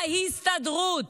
ההסתדרות.